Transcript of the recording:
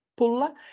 pulla